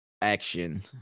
action